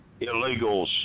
illegals